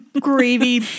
gravy